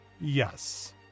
Yes